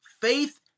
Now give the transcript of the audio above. Faith